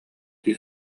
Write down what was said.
дии